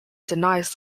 denies